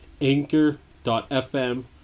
anchor.fm